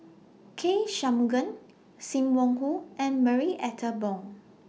K Shanmugam SIM Wong Hoo and Marie Ethel Bong